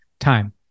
time